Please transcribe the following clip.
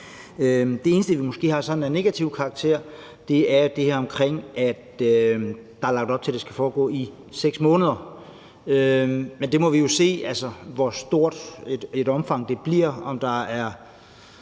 Det eneste, vi måske har sådan af negativ karakter, er det omkring, at der er lagt op til, at det skal foregå i 6 måneder. Men vi må jo se, hvor stort et omfang det bliver, og om der